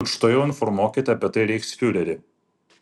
tučtuojau informuokite apie tai reichsfiurerį